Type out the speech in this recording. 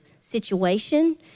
situation